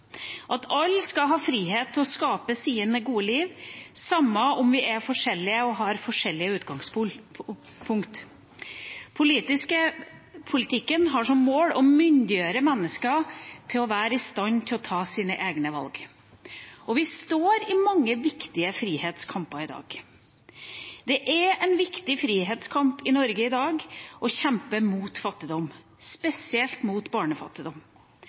at alle skal ha frihet til å skape seg gode liv, sjøl om vi er forskjellige og har forskjellig utgangspunkt. Politikken har som mål å myndiggjøre mennesker til å være i stand til å ta sine egne valg. Vi står i mange viktige frihetskamper i dag. Det er en viktig frihetskamp i Norge i dag å kjempe mot fattigdom, spesielt mot barnefattigdom.